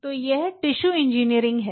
तो यह tissue engineering है